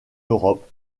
europe